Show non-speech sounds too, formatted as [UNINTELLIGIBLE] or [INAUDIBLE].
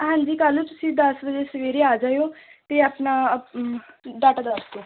ਹਾਂਜੀ ਕੱਲ੍ਹ ਨੂੰ ਤੁਸੀਂ ਦਸ ਵਜੇ ਸਵੇਰੇ ਆ ਜਾਇਓ ਅਤੇ ਆਪਣਾ [UNINTELLIGIBLE] ਡਾਟਾ ਦੱਸ ਦਿਓ